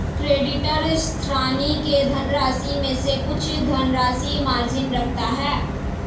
creditor, ऋणी के धनराशि में से कुछ धनराशि मार्जिन रखता है